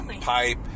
pipe